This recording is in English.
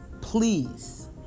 please